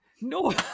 No